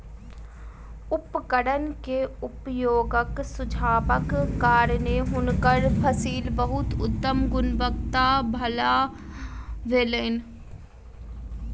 उपकरण के उपयोगक सुझावक कारणेँ हुनकर फसिल बहुत उत्तम गुणवत्ता वला भेलैन